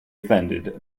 offended